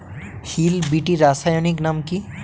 Hill BT রাসায়নিক নাম কি?